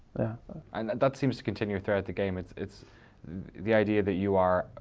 and that that seems to continue throughout the game. it's it's the idea that you are,